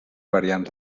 variants